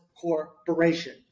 corporation